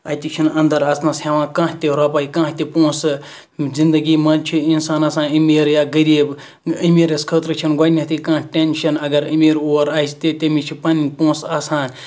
اَتہِ چھِ نہٕ اَندَر اَژنَس ہیٚوان کانٛہہ تہِ رۄپَے کانٛہہ تہِ پونٛسہٕ زِندَگی مَنٛز چھُ اِنسان آسان امیر یا غریب امیرَس خٲطرٕ چھِنہٕ گۄڈنیتھے کانٛہہ ٹینشَن اَگَر امیر اور اَژتہِ تٔمِس چھِ پَنٕنۍ پونٛسہٕ آسان